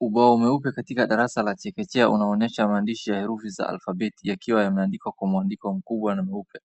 Ubao mweupe katika darasa la chekechea unaonesha maandishi ya herufi za alfabeti yakiwa yameandikwa kwa mwandiko mkubwa na mweupe.